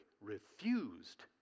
refused